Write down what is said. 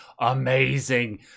amazing